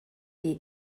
est